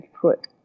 put